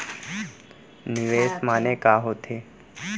निवेश माने का होथे?